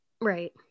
Right